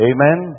Amen